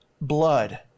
blood